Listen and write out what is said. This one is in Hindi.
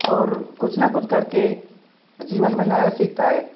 और कुछ ना कुछ करके जीवन में नया सीखता है